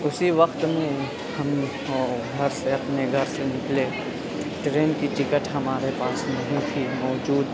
اسی وقت میں ہم گھر سے اپنے گھر سے نکلے ٹرین کی ٹکٹ ہمارے پاس نہیں تھی موجود